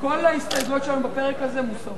כל ההסתייגויות שלנו בפרק הזה מוסרות.